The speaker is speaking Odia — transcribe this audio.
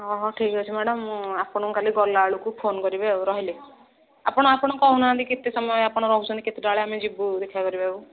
ହଁ ହଁ ଠିକ ଅଛି ମ୍ୟାଡ଼ମ୍ ମୁଁ ଆପଣଙ୍କୁ କାଲି ଗଲା ବେଳକୁ ଫୋନ କରିବି ଆଉ ରହିଲି ଆପଣ ଆପଣ କହୁ ନାହାନ୍ତି କେତେ ସମୟ ଆପଣ ରହୁଛନ୍ତି କେତେଟା ବେଳେ ଆମେ ଯିବୁ ଦେଖା କରିବାକୁ